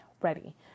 ready